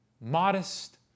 modest